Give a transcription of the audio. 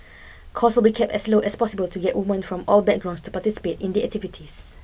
cost will be kept as low as possible to get women from all backgrounds to participate in the activities